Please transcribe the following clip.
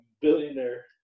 billionaire